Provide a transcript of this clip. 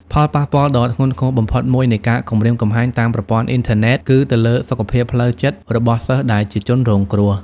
ផលប៉ះពាល់ដ៏ធ្ងន់ធ្ងរបំផុតមួយនៃការគំរាមកំហែងតាមប្រព័ន្ធអ៊ីនធឺណិតគឺទៅលើ សុខភាពផ្លូវចិត្ត របស់សិស្សដែលជាជនរងគ្រោះ។